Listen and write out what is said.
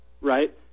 right